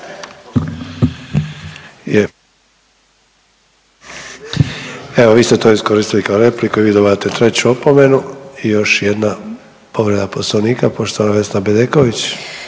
Evo vi ste to iskoristili kao repliku i vi dobivate treću opomenu i još jedna povreda poslovnika poštovana Vesna Bedeković.